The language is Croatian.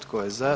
Tko je za?